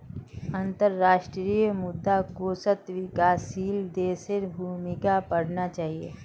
अंतर्राष्ट्रीय मुद्रा कोषत विकासशील देशेर भूमिका पढ़ना चाहिए